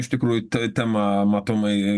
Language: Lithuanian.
iš tikrųjų ta tema matomai